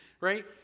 Right